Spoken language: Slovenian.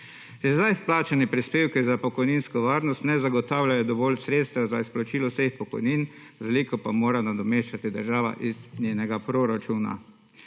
Že zdaj vplačani prispevki za pokojninsko varnost ne zagotavljajo dovolj sredstev za izplačilo vseh pokojnin, razliko pa mora nadomeščati država iz njenega proračuna.